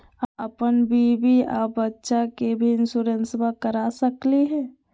अपन बीबी आ बच्चा के भी इंसोरेंसबा करा सकली हय?